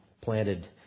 planted